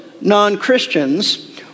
non-Christians